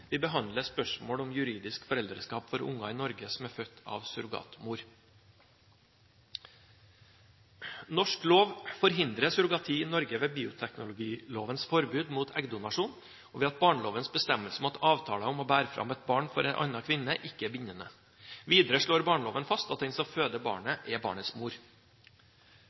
vi behandler spørsmål om juridisk foreldreskap for barn i Norge som er født av en surrogatmor. Norsk lov forhindrer surrogati ved bioteknologilovens forbud mot eggdonasjon og ved at barnelovens bestemmelse om at avtalen om å bære fram et barn for en annen kvinne ikke er bindende. Videre slår barneloven fast at den som føder barnet, er barnets mor.